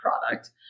product